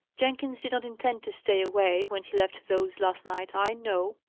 jenkins did not intend to stay away, when he left those last night, i know.